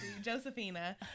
Josephina